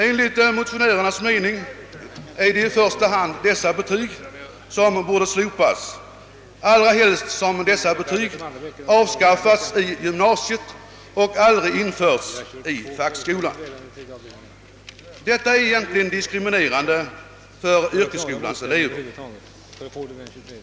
Enligt motionärernas mening är det i första hand i dessa betyg som betygsättningen i uppförande och ordning bör slopas, allra helst som dessa betyg har avskaffats i gymnasiet och aldrig införts i fackskolan. Detta är egentligen diskriminerande för yrkesskolans elever.